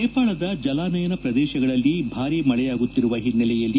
ನೇಪಾಳದ ಜಲಾನಯನ ಪ್ರದೇಶಗಳಲ್ಲಿ ಭಾರೀ ಮಳೆಯಾಗುತ್ತಿರುವ ಹಿನ್ನೆಲೆಯಲ್ಲಿ